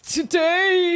Today